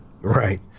right